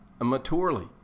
maturely